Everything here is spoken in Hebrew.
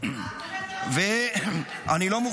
--- והתומך